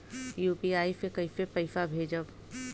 UPI से कईसे पैसा भेजब?